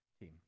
team